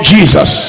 Jesus